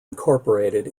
incorporated